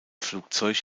flugzeug